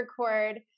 record